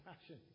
passion